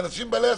אלה בעלי עסקים.